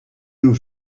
nous